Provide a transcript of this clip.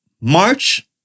march